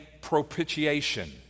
propitiation